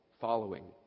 following